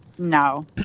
No